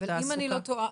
אבל אם אני לא טועה,